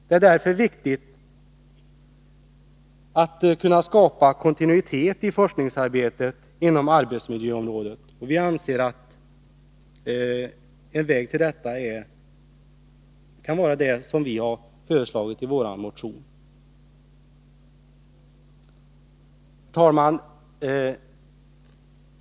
Det är viktigt att skapa kontinuitet i forskningsarbetet på arbetsmiljöområdet. Vi anser att en väg härtill kan vara de åtgärder som vi har föreslagit i vår motion. Herr talman!